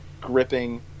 gripping